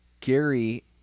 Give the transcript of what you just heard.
Gary